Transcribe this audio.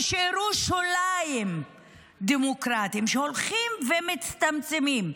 נשארו שוליים דמוקרטיים שהולכים ומצטמצמים.